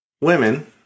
women